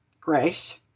Grace